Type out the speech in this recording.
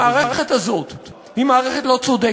והמערכת הזאת היא מערכת לא צודקת,